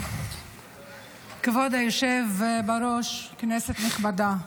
כבוד היושב בראש, כנסת נכבדה,